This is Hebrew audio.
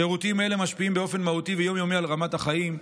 שירותים אלה משפיעים באופן מהותי ויום-יומי על רמת החיים.